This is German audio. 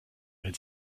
wenn